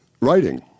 writing